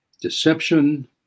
deception